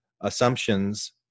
assumptions